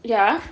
ya